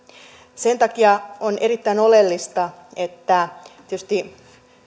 sen takia on erittäin oleellista että tietysti